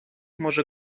може